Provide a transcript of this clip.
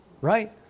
right